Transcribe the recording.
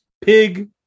pig